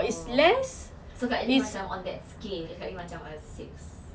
oh so kak limah macam on that scale kak limah macam on a six